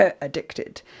addicted